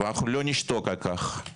אנחנו לא נשתוק על כך.